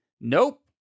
Nope